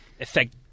affect